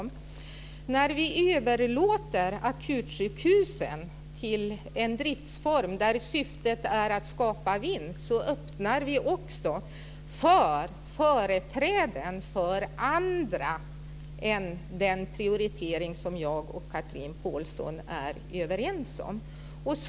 Men när vi överlåter akutsjukhusen till en driftsform där syftet är att skapa vinst öppnar vi också för företrädare för andra prioriteringar än den som Chatrine Pålsson och jag är överens om.